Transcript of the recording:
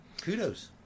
Kudos